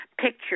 picture